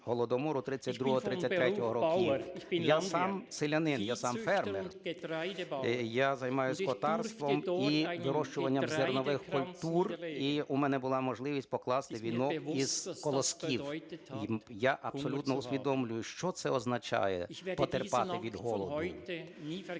Я сам селянин, я сам фермер, я займаюся скотарством і вирощуванням зернових культур, і у мене була можливість покласти вінок із колосків. Я абсолютно усвідомлюю, що це означає – потерпати від голоду.